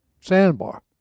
sandbar